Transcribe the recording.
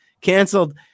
canceled